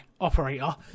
operator